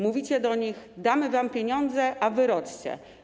Mówicie do nich: damy wam pieniądze, a wy rodźcie.